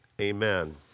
amen